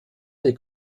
der